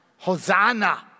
Hosanna